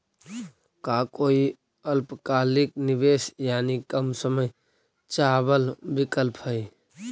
का कोई अल्पकालिक निवेश यानी कम समय चावल विकल्प हई?